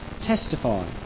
testify